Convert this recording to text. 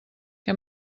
què